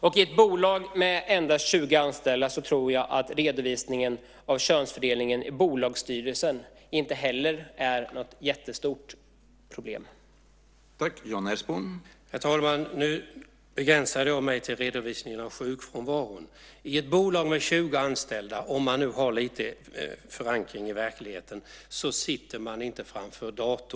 I ett bolag med endast 20 anställda tror jag att redovisningen av könsfördelningen i bolagsstyrelsen inte heller är något jättestort problem.